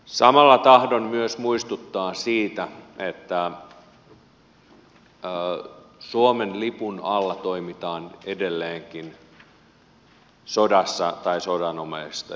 samalla tahdon myös muistuttaa siitä että suomen lipun alla toimitaan edelleenkin sodassa tai sodanomaisissa tilanteissa